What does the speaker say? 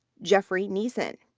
joffrey niessen.